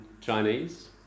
Chinese